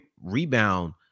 rebound